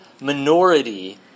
minority